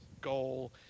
goal